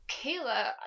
Kayla